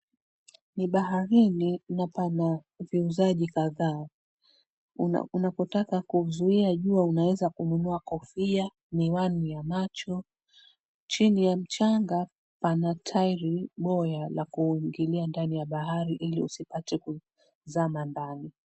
Ni baharini na pana viuzaji kadhaa. Unapotaka kuzuia jua unaweza kununua kofia, miwani ya macho. Chini ya mchanga, pana tairi boya la kuingilia ndani ya bahari ili usipate kutazama ndani.